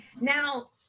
Now